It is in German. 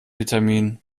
vitamin